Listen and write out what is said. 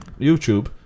YouTube